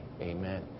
Amen